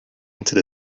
hinted